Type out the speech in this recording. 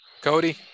Cody